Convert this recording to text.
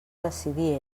decidir